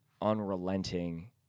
unrelenting